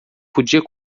podia